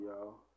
y'all